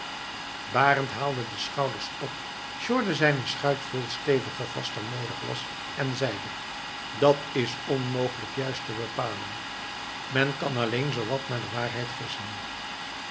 barend haalde de schouders op sjorde zijne schuit veel steviger vast dan noodig was en zeide dat is onmogelijk juist te bepalen men kan alleen zoo wat naar de waarheid gissen